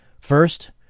First